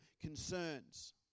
concerns